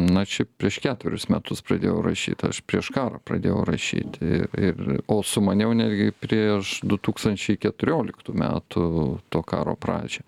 na čia prieš ketverius metus pradėjau rašyt aš prieš karą pradėjau rašyti ir ir o sumaniau netgi prieš du tūkstančiai keturioliktų metų to karo pradžią